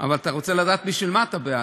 אבל אתה רוצה לדעת בשביל מה אתה בעד.